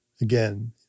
Again